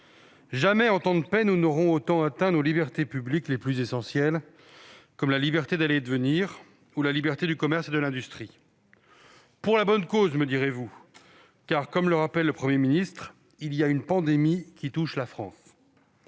jamais en temps de paix nous n'aurons autant porté atteinte à nos libertés publiques les plus essentielles, comme la liberté d'aller et de venir ou la liberté du commerce et de l'industrie. « Pour la bonne cause », me direz-vous, car comme le rappelle le Premier ministre :« Il y a une pandémie qui touche la France.